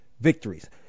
victories